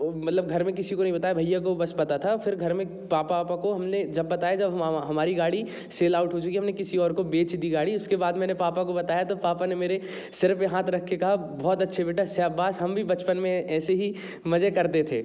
वह मलब घर में किसी को नहीं बताया भैया को बस पता था फिर घर में पापा वापा को हमने जब बताया जब हमारी गाड़ी सेल ऑउट हो चुकि हमने किसी और को बेच दी गाड़ी उसके बाद मैंने पापा को बताया तो पापा ने मेरे सिर पर हाथ रख के कहा बहुत अच्छे बेटा शाबाश हम भी बचपन में ऐसे ही मज़े करते थे